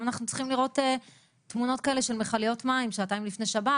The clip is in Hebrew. אנחנו צריכים לראות תמונות כאלה של מכליות מים שעתיים לפני שבת,